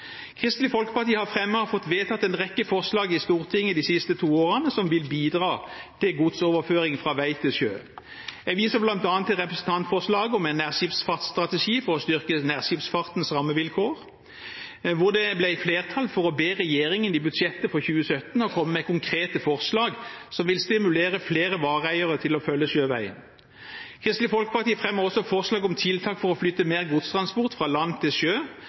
Kristelig Folkeparti har fremmet og fått vedtatt en rekke forslag i Stortinget de siste to årene som vil bidra til godsoverføring fra vei til sjø. Jeg viser bl.a. til representantforslaget om en nærskipsfartsstrategi for å styrke nærskipsfartens rammevilkår, hvor det ble flertall for å be regjeringen i budsjettet for 2017 om å komme med konkrete forslag som vil stimulere flere vareeiere til å følge sjøveien. Kristelig Folkeparti har også fremmet forslag om tiltak for å flytte mer godstransport fra land til sjø,